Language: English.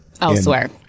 elsewhere